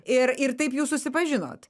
ir ir taip jūs susipažinot